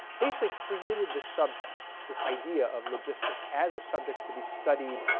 basically created the subject, this idea of logistics as a subject to be studied,